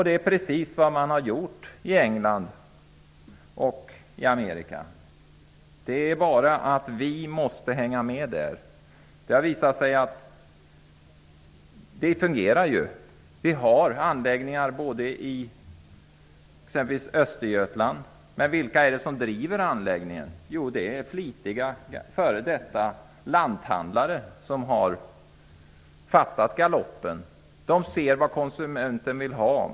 Det är precis vad som har skett i USA och i England. Vi måste hänga med. Det finns anläggningar i t.ex. Östergötland. Men vilka driver anläggningarna? Jo, flitiga f.d. lanthandlare, som har fattat galoppen. De ser vad konsumenten vill ha.